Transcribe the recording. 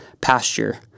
pasture